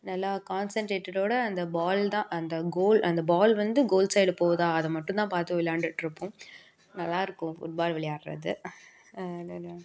நல்லா கான்செண்ட்ரேட்டடோடு அந்த பால் தான் அந்த கோல் அந்த பால் வந்து கோல் சைடு போகுதா அதை மட்டும் தான் பார்த்து விளையாண்டுட்டுருப்போம் நல்லாயிருக்கும் ஃபுட்பால் விளையாட்றது அது